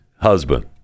husband